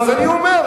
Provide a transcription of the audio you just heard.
אז אני אומר,